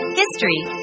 history